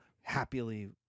happily